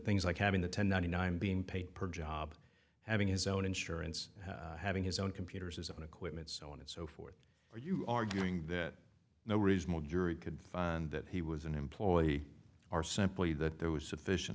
things like having the ten ninety nine being paid per job having his own insurance having his own computers his own equipment so on and so forth are you arguing that no reasonable jury could fund that he was an employee are simply that there was sufficient